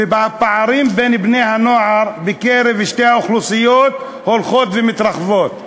והפערים בין בני-הנוער בקרב שתי האוכלוסיות הולכים ומתרחבים.